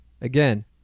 Again